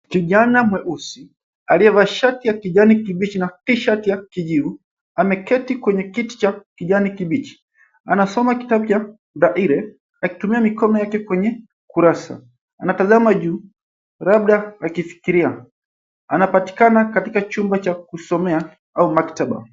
Kijana mweusi aliyevaa shati ya kijani kibichi na t-shirt ya kijivu ameketi kwenye kiti cha kijani kibichi. Anasoma kitabu cha braile akitumia mikono yake kwenye kurasa. Anatazama juu labda akifikiria. Anapatikana katika chumba cha kusomea au maktaba.